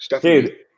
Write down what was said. Dude